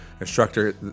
instructor